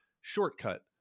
shortcut